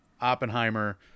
Oppenheimer